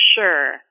sure